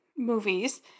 movies